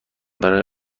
برای